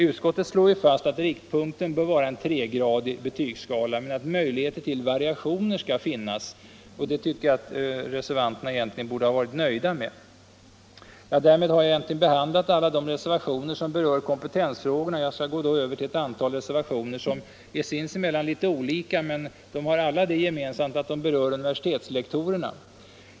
Utskottet slår fast att riktpunkten bör vara en tregradig betygsskala, men att det skall finnas möjligheter till variationer. Den skrivningen tycker jag att reservanterna egentligen borde ha varit nöjda med. Därmed har jag behandlat alla de reservationer som berör kompetensfrågorna och skall gå över till ett antal reservationer som är sinsemellan litet olika men som alla har det gemensamt att de berör universitetslektorerna.